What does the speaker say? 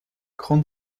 grande